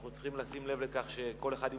אנחנו צריכים לשים לב לכך שכל אחד עם